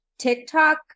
TikTok